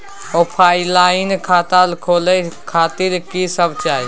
Offline खाता खोले खातिर की सब चाही?